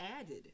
added